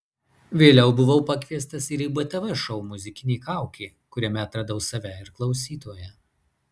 vėliau buvau pakviestas ir į btv šou muzikinė kaukė kuriame atradau save ir klausytoją